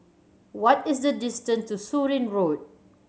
what is the distance to Surin Road